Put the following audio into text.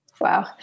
Wow